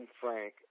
Frank